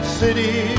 city